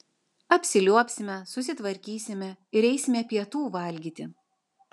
apsiliuobsime susitvarkysime ir eisime pietų valgyti